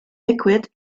liquid